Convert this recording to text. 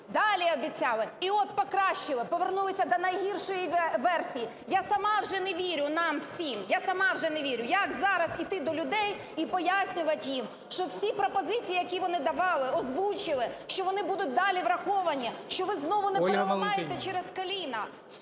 далі обіцяли. І от покращили, повернулися до найгіршої версії. Я сама вже не вірю нам всім, я сама вже не вірю. Як зараз йти до людей і пояснювати їм, що всі пропозиції, які вони давали, озвучили, що вони будуть далі враховані, що ви знову не переламаєте через коліно! Соромно